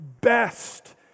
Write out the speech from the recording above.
best